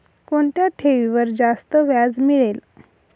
कोणत्या ठेवीवर जास्त व्याज मिळेल?